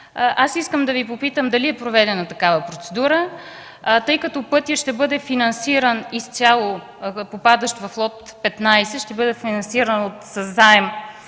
Аз искам да Ви попитам дали е проведена такава процедура, тъй като пътят ще бъде финансиран изцяло, попадащ в лот 15, със заем